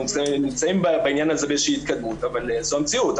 אנחנו נמצאים בעניין הזה באיזושהי התקדמות אבל זו המציאות.